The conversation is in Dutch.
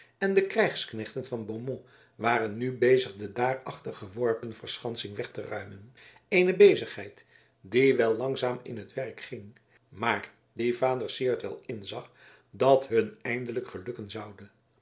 en de krijgsknechten van beaumont waren nu bezig de daarachter geworpen verschansing weg te ruimen eene bezigheid die wel langzaam in het werk ging maar die vader syard wel inzag dat hun eindelijk gelukken zoude